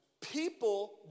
People